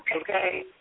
okay